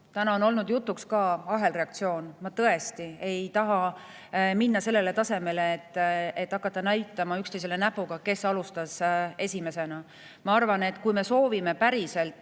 Täna on olnud jutuks ka ahelreaktsioon. Ma tõesti ei taha minna sellele tasemele, et hakata näitama üksteisele näpuga, kes alustas. Ma arvan, et kui me soovime päriselt